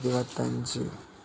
ഇരുപത്തഞ്ച്